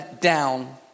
down